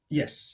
yes